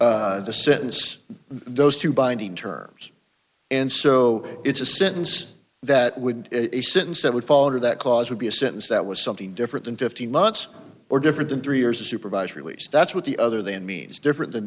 to the sentence those two binding terms and so it's a sentence that would since that would fall under that clause would be a sentence that was something different than fifteen months or different three years of supervised release that's what the other than means different than